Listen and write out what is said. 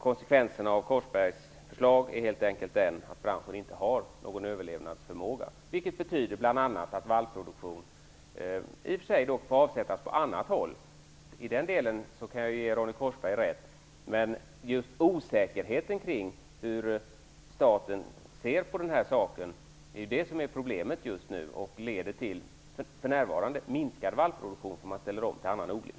Konsekvenserna av hans förslag är helt enkelt att branschen inte har någon överlevnadsförmåga. Det betyder bl.a. att vallproduktion får avsättas på annat håll. I den delen kan jag i och för sig ge Ronny Korsberg rätt. Men osäkerheten kring hur staten ser på detta är problemet just nu. Det leder för närvarande till minskad vallproduktion och att man ställer om till annan odling.